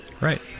Right